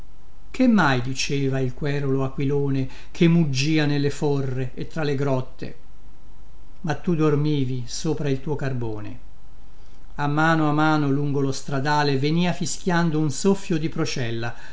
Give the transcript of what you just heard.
che mai diceva il querulo aquilone che muggia nelle forre e fra le grotte ma tu dormivi sopra il tuo carbone a mano a mano lungo lo stradale venìa fischiando un soffio di procella